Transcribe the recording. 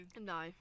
No